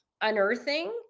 unearthing